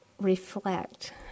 reflect